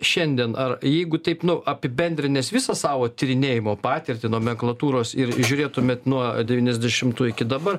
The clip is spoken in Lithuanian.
šiandien ar jeigu taip nu apibendrinęs visą savo tyrinėjimo patirtį nomenklatūros ir žiūrėtumėt nuo devyniasdešimtų iki dabar